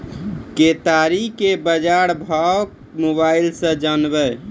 केताड़ी के बाजार भाव मोबाइल से जानवे?